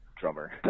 drummer